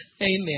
Amen